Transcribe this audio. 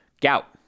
Gout